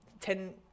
ten